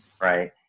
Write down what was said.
right